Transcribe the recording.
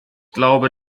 glaube